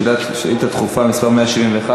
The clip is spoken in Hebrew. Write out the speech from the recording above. שאילתה דחופה מס' 171,